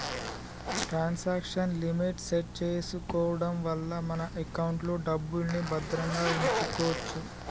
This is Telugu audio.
ట్రాన్సాక్షన్ లిమిట్ సెట్ చేసుకోడం వల్ల మన ఎకౌంట్లో డబ్బుల్ని భద్రంగా వుంచుకోచ్చు